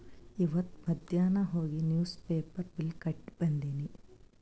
ಇವತ್ ಮಧ್ಯಾನ್ ಹೋಗಿ ನಿವ್ಸ್ ಪೇಪರ್ ಬಿಲ್ ಕಟ್ಟಿ ಬಂದಿನಿ